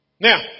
Now